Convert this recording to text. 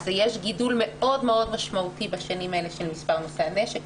אז יש גידול מאוד מאוד משמעותי בשנים האלה של מספר נושאי הנשק,